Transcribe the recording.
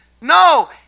No